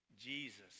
Jesus